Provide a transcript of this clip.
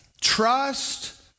trust